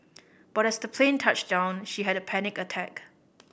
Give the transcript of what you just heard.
but as the plane touched down she had a panic attack